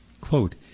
Quote